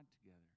together